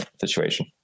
situation